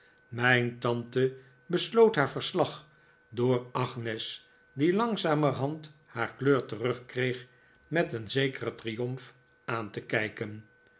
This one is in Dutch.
mijn tante besloot haar verslag door agnes die langzamerhand haar kleur terugkreeg met een zekeren triomf aan te kijken